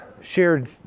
shared